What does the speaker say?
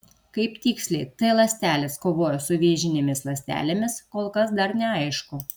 kaip tiksliai t ląstelės kovoja su vėžinėmis ląstelėmis kol kas dar neaišku